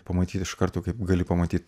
pamatyt iš karto kaip gali pamatyt